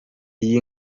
iyi